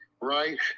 right